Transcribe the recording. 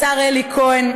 השר אלי כהן,